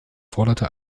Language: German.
forderte